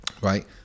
right